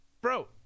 bro